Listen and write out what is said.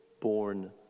born